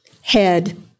Head